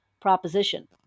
proposition